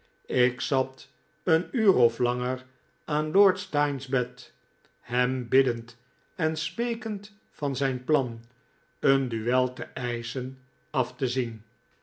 ik zat een uur of langer aan lord steyne's bed hem biddend en smeekend van zijn plan een duel te eischen af te zien